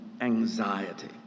anxiety